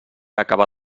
acaba